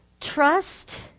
trust